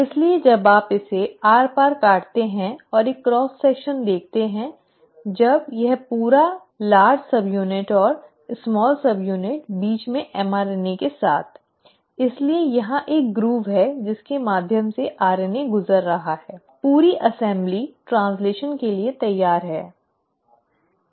इसलिए जब आप इसे आर पार काटते हैं और एक क्रॉस सेक्शन देखते हैं जब यह पूरा बड़ा सबयूनिट और छोटा सबयूनिट बीच में mRNA के साथ इसलिए यहां एक ग्रूव है जिसके माध्यम से RNA गुजर रहा है आप पूरी असिम्ब्ली ट्रैन्स्लैशन के लिए तैयार है